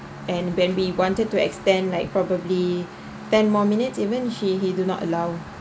and when we wanted to extend like probably ten more minutes even he he do not allow